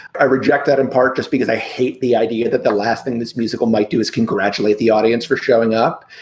i reject that in part just because i hate the idea that the last thing this musical might do is congratulate the audience for showing up.